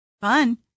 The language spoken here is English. fun